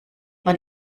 man